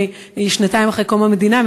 שנתיים אחרי קום המדינה,